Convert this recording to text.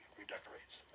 redecorates